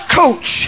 coach